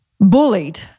bullied